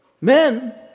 Men